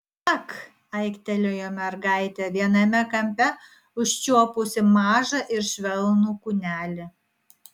ak aiktelėjo mergaitė viename kampe užčiuopusi mažą ir švelnų kūnelį